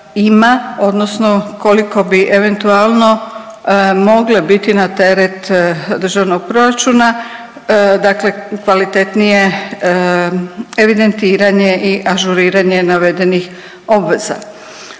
odnosno koliko bi eventualno mogle biti na teret državnog proračuna, dakle kvalitetnije evidentiranje i ažuriranje navedenih obveza.